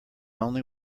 only